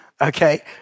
okay